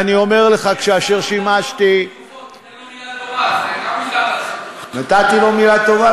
אני אומר לך, תן לו מילה טובה, נתתי לו מילה טובה.